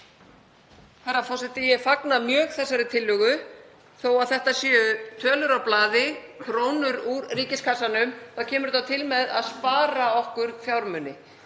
Herra forseti. Ég fagna mjög þessari tillögu. Þó að þetta séu tölur á blaði, krónur úr ríkiskassanum, þá kemur þetta til með að spara okkur fjármuni